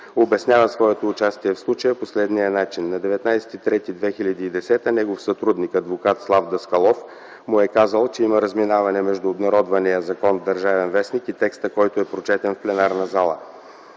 обяснява своето участие в случая по следния начин. На 19 март 2010 г. негов сътрудник - адвокат Слав Даскалов, му e казал, че има разминаване между обнародвания закон в „Държавен вестник” и текстът, който е прочетен в пленарната зала.